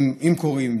אם קורים,